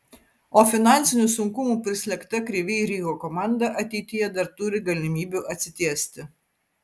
o finansinių sunkumų prislėgta kryvyj riho komanda ateityje dar turi galimybių atsitiesti